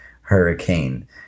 hurricane